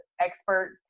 experts